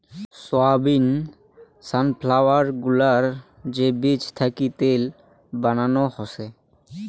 soybean, sunflower গুলার যে বীজ থাকি তেল বানানো হসে